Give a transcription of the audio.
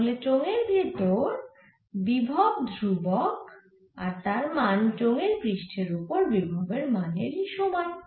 তাহলে চোঙের ভেতরে বিভব ধ্রুবক আর তার মান চোঙের পৃষ্ঠের ওপর বিভবের মানের সমান